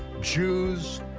jews,